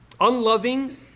unloving